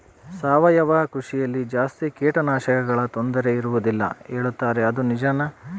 ಸಾವಯವ ಕೃಷಿಯಲ್ಲಿ ಜಾಸ್ತಿ ಕೇಟನಾಶಕಗಳ ತೊಂದರೆ ಇರುವದಿಲ್ಲ ಹೇಳುತ್ತಾರೆ ಅದು ನಿಜಾನಾ?